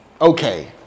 okay